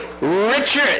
Richard